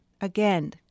Again